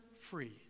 free